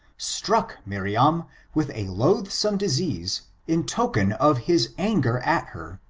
struck miriam with a loathsome disease in token of his anger at her,